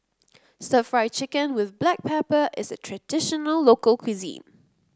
stir Fry Chicken with Black Pepper is a traditional local cuisine